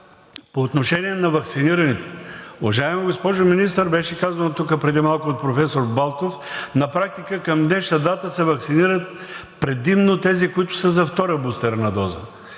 по отношение на ваксинираните. Уважаема госпожо Министър, беше казано преди малко от професор Балтов, на практика към днешна дата се ваксинират предимно тези, които са за втора бустерна доза,